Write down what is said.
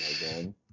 again